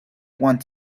want